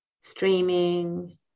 streaming